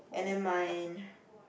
and then my